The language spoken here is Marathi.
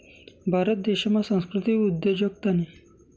भारत देशमा सांस्कृतिक उद्योजकतानी